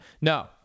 No